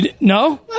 No